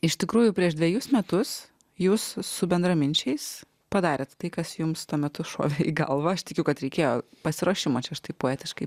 iš tikrųjų prieš dvejus metus jūs su bendraminčiais padarėt tai kas jums tuo metu šovė į galvą aš tikiu kad reikėjo pasiruošimo čia aš taip poetiškai